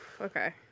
okay